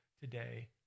today